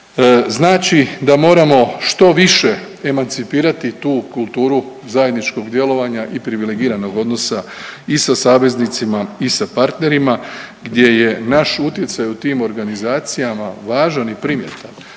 znači da moramo što više emancipirati tu kulturu zajedničkog djelovanja i privilegiranog odnosa i sa saveznicima i sa partnerima, gdje je naš utjecaj u tim organizacijama važan i primjetan.